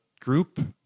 group